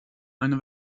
eine